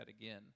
again